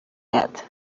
yet